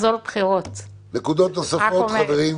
נקודות נוספות חברים,